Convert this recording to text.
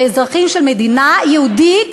כאזרחים של מדינה יהודית,